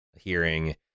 hearing